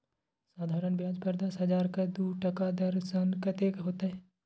साधारण ब्याज पर दस हजारक दू टका दर सँ कतेक होएत?